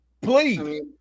Please